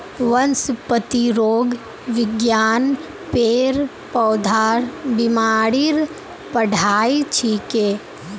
वनस्पतिरोग विज्ञान पेड़ पौधार बीमारीर पढ़ाई छिके